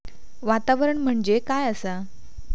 वातावरण म्हणजे काय असा?